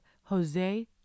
Jose